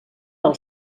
del